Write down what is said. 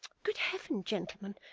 good heaven, gentlemen,